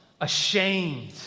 ashamed